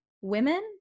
women